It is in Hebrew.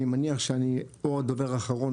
אני מניח שאני או דובר אחרון,